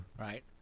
Right